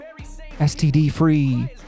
STD-free